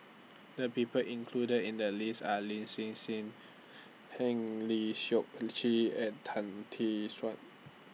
The People included in The list Are Lin Hsin Hsin Eng Lee Seok Chee and Tan Tee Suan